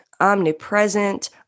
omnipresent